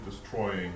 destroying